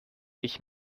ich